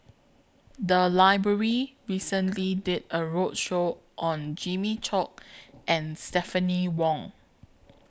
The Library recently did A roadshow on Jimmy Chok and Stephanie Wong